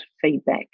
feedback